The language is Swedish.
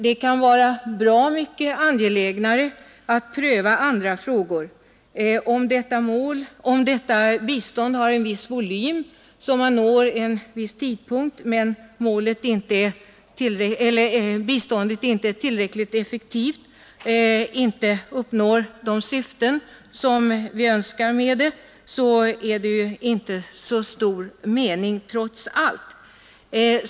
Det kan vara bra mycket mera angeläget att pröva andra frågor. Om detta bistånd har en viss volym som man uppnår vid en viss tidpunkt men biståndet inte är tillräckligt effektivt och inte uppnår de syften vi har, är meningen därmed inte så stor — trots allt.